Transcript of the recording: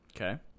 Okay